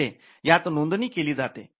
म्हणजे यात नोंदणी केली जाते